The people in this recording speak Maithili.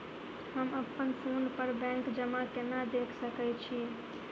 हम अप्पन फोन पर बैंक जमा केना देख सकै छी?